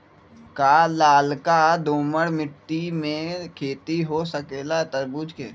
का लालका दोमर मिट्टी में खेती हो सकेला तरबूज के?